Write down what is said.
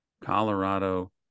Colorado